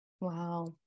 Wow